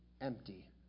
empty